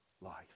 life